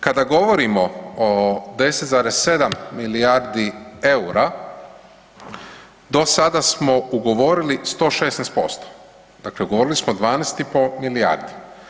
Kada govorimo o 10,7 milijardi eura, do sada smo ugovorila 116%, dakle ugovorili smo 12,5 milijardi.